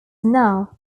now